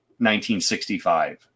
1965